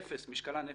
משקלן אפס.